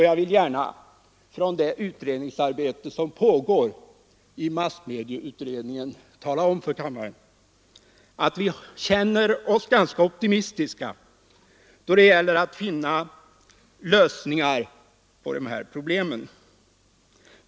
Jag vill gärna beträffande det arbete som pågår i massmedieutredningen tala om för kammaren att vi känner oss ganska optimistiska då det gäller att finna lösningar på de här problemen.